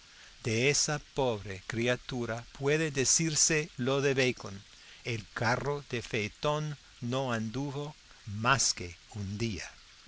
de esa pobre criatura puede decirse lo de bacon el carro de faetón no anduvo másque un día